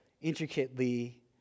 intricately